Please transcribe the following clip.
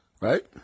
right